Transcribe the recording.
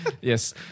Yes